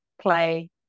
play